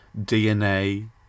DNA